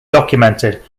documented